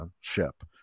ship